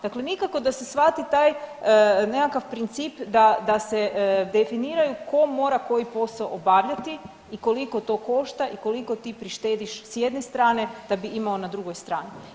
Dakle, nikako da se shvati taj nekakav princip da se definiraju ko mora koji posao obavljati i koliko to košta i koliko ti prištediš s jedne strane da bi imao na drugoj strani.